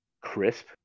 crisp